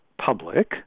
public